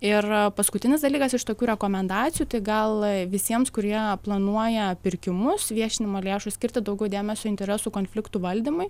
ir paskutinis dalykas iš tokių rekomendacijų tai gal visiems kurie planuoja pirkimus viešinimo lėšų skirti daugiau dėmesio interesų konfliktų valdymui